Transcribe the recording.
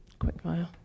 Quickfire